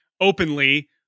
openly